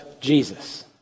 Jesus